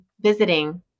visiting